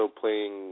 playing